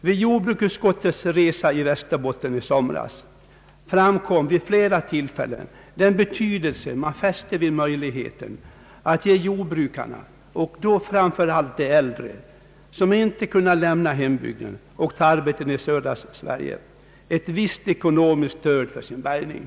Vid jordbruksutskottets resa i Västerbotten i somras framkom vid flera tillfällen den betydelse man fäste vid möjligheten att ge jordbrukarna — och då framför allt de äldre som inte kan lämna hembygden och ta arbeten i södra Sverige — ett visst ekonomiskt stöd till deras bärgning.